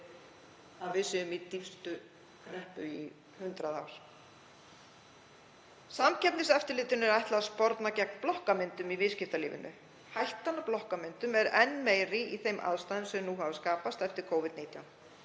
að við séum í dýpstu kreppu í 100 ár. Samkeppniseftirlitinu er ætlað að sporna gegn blokkamyndun í viðskiptalífinu. Hættan á blokkamyndun er enn meiri í þeim aðstæðum sem nú hafa skapast eftir Covid-19.